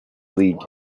league